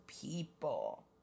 people